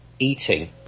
eating